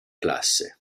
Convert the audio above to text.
classe